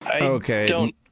okay